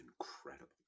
incredible